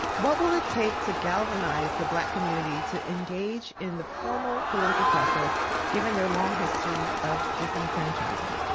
what will it take to galvanize the black community to engage in the formal political process given their long history of disenfranchisement?